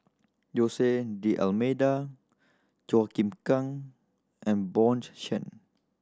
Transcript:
Jose D'Almeida Chua Chim Kang and Bjorn Shen